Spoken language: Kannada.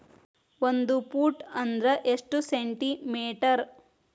ಒಂದು ಫೂಟ್ ಅಂದ್ರ ಎಷ್ಟು ಸೆಂಟಿ ಮೇಟರ್?